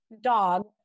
dog